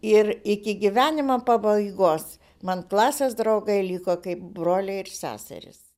ir iki gyvenimo pabaigos man klasės draugai liko kaip broliai ir seserys